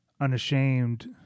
unashamed